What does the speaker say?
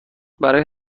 برای